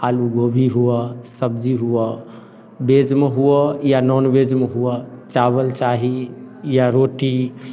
आलू गोभी हुअ सब्जी हुअ वेजमे हुअ या नॉनवेजमे हुअ चावल चाही या रोटी